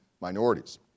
minorities